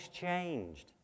changed